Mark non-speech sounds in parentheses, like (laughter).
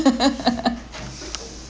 (laughs) (breath)